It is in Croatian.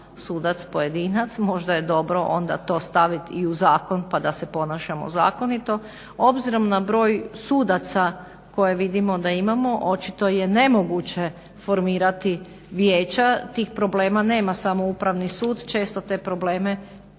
sudac pojedinac možda je dobro onda to staviti i u zakon pa da se ponašamo zakonito. Obzirom na broj sudaca koje vidimo da imamo očito je nemoguće formirati vijeća. Tih problema nema samo Upravni sud, često te probleme